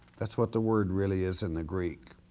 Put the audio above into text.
that's what the word really is in the greek,